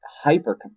hyper